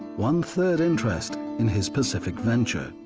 one third interest in his pacific venture.